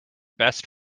best